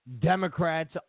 Democrats